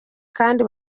kandi